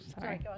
sorry